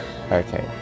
Okay